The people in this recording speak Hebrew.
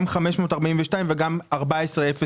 גם 542 וגם 1403,